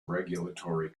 regulatory